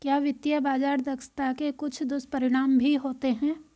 क्या वित्तीय बाजार दक्षता के कुछ दुष्परिणाम भी होते हैं?